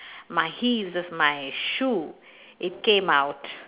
my heels of my shoe it came out